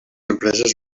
empreses